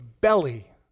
belly